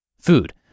Food